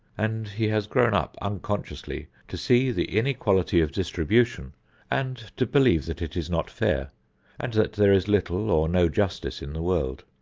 and he has grown up unconsciously to see the inequality of distribution and to believe that it is not fair and that there is little or no justice in the world.